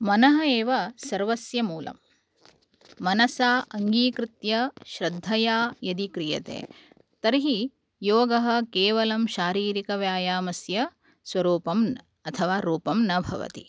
मनः एव सर्वस्य मूलं मनसा अङ्गीकृत्य श्रद्धया यदि क्रियते तर्हि योगः केवलं शारीरिकव्यायामस्य स्वरूपं न अथवा रुपं न भवति